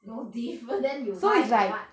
no difference then you buy for what